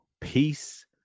peace